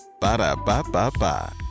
Ba-da-ba-ba-ba